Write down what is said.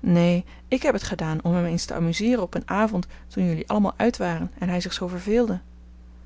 neen ik heb het gedaan om hem eens te amuseeren op een avond toen jullie allemaal uit waren en hij zich zoo verveelde